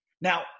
Now